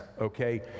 okay